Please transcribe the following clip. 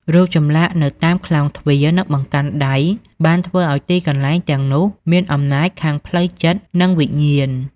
រូបចម្លាក់នៅតាមក្លោងទ្វារ និងបង្កាន់ដៃបានធ្វើឲ្យទីកន្លែងទាំងនោះមានអំណាចខាងផ្លូវចិត្ត និងវិញ្ញាណ។